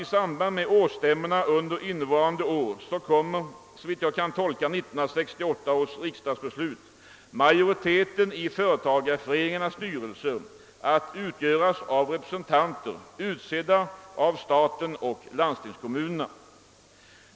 I samband med årsstämmorna under innevarande år kommer nämligen, såvitt jag kan tolka 1968 års riksdagsbeslut rätt, majoriteten i företagareföreningarnas styrelser att utgöras av representanter utsedda av staten och landstingskommuner.